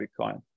Bitcoin